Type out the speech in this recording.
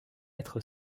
être